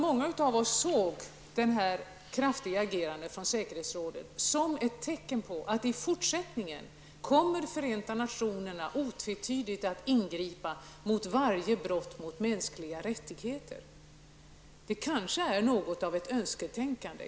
Många av oss såg det kraftiga agerandet från säkerhetsrådets sida som ett tecken på att Förenta nationerna otvetydigt i fortsättningen kommer att ingripa mot varje brott mot mänskliga rättigheter. Det kanske är något av önsketänkande.